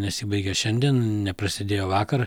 nesibaigia šiandien neprasidėjo vakar